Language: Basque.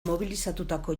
mobilizatutako